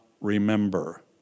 remember